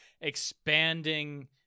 expanding